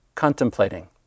contemplating